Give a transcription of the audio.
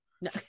No